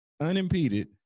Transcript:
unimpeded